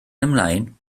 ymlaen